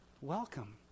Welcome